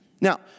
Now